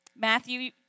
Matthew